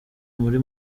muri